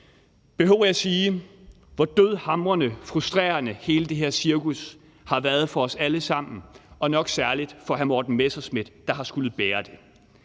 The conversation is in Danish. Behøver jeg sige, hvor dødhamrende frustrerende hele det her cirkus har været for os alle sammen, og nok særlig for hr. Morten Messerschmidt, der har skullet bære det?